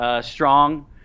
strong